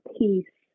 peace